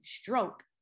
stroke